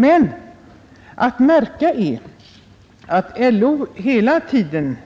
Men att märka är att LO hela tiden